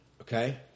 Okay